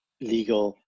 legal